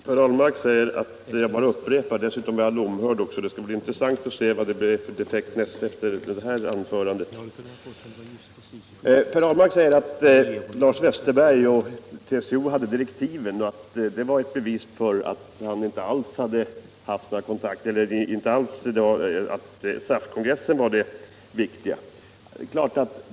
Herr talman! Per Ahlmark säger att jag bara upprepar. Dessutom är jag lomhörd också. Det skall bli intressant att se vad han ger mig för beteckning efter det här anförandet. Per Ahlmark säger att Lars Westerberg och TCO hade haft direktiven och att det är ett bevis för att SAF-kongressen inte var det viktiga.